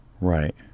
right